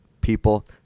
people